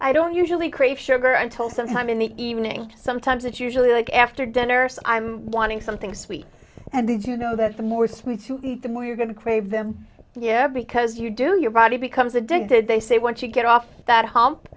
i don't usually crave sugar until sometime in the evening sometimes it's usually like after dinner so i'm wanting something sweet and did you know that the more sweet to eat the more you're going to crave them yeah because you do your body becomes addicted they say once you get off that hump